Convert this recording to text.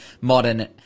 modern